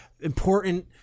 important